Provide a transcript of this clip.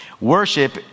Worship